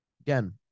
again